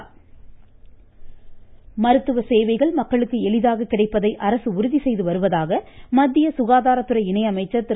அஸ்வினிகுமார் சௌபே மருத்துவ சேவைகள் மக்களுக்கு எளிதாக கிடைப்பதை அரசு உறுதி செய்து வருவதாக மத்திய சுகாதாரத்துறை இணை அமைச்சர் திரு